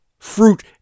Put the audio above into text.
fruit